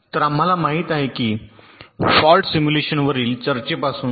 तर आम्हाला माहित आहे की फॉल्ट सिम्युलेशनवरील चर्चेपासून